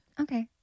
Okay